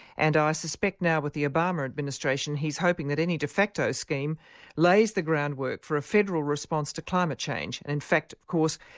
and i suspect now with the obama administration, he's hoping that any de facto scheme lays the groundwork for a federal response to climate change. and in fact of course,